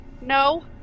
No